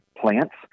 plants